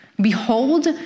Behold